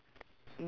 ya